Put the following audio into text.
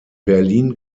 berlin